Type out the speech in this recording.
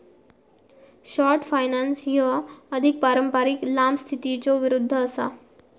short finance ह्या अधिक पारंपारिक लांब स्थितीच्यो विरुद्ध असा